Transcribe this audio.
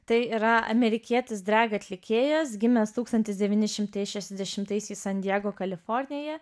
tai yra amerikietis drag atlikėjas gimęs tūkstantis devyni šimtai šešiasdešimtaisiais san diego kalifornijoje